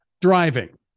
Driving